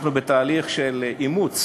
אנחנו בתהליך של אימוץ